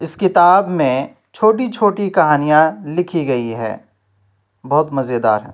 اس کتاب میں چھوٹی چھوٹی کہانیاں لکھی گئی ہیں بہت مزے دار ہے